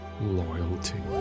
loyalty